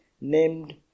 named